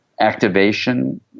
activation